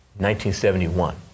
1971